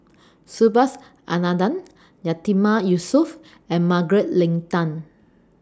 Subhas Anandan Yatiman Yusof and Margaret Leng Tan